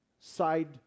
Side